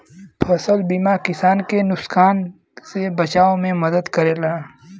फसल बीमा किसान के नुकसान से बचाव में मदद करला